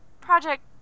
project